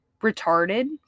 retarded